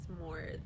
more